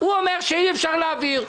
הוא אומר שאי אפשר להעביר.